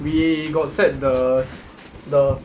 we got set the the